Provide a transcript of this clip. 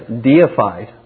deified